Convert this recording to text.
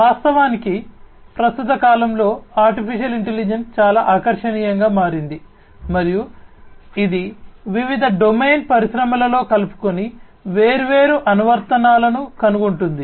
వాస్తవానికి ప్రస్తుత కాలంలో AI చాలా ఆకర్షణీయంగా మారింది మరియు ఇది వివిధ డొమైన్ పరిశ్రమలలో కలుపుకొని వేర్వేరు అనువర్తనాలను కనుగొంటుంది